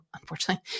unfortunately